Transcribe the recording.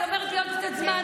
היא אומרת לי: עוד קצת זמן,